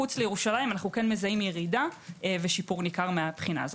מחוץ לירושלים אנו כן מזהים ירידה ושיפור ניכר מהבחינה הזו.